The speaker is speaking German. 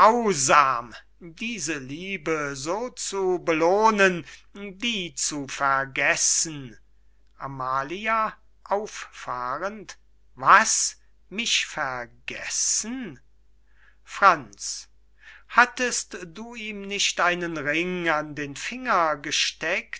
diese liebe so zu belohnen die zu vergessen amalia auffahrend was mich vergessen franz hattest du ihm nicht einen ring an den finger